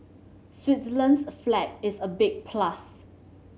Switzerland's flag is a big plus